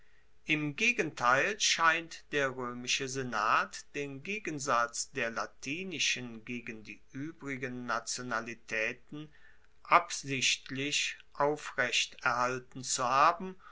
im gegenteil scheint der roemische senat den gegensatz der latinischen gegen die uebrigen nationalitaeten absichtlich aufrecht erhalten zu haben